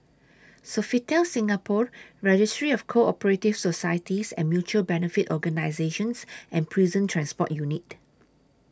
Sofitel Singapore Registry of Co Operative Societies and Mutual Benefit Organisations and Prison Transport Unit